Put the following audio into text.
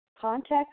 context